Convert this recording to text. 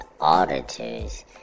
auditors